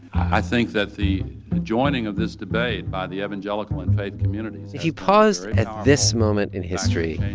i think that the joining of this debate by the evangelical and faith communities. if you paused at this moment in history,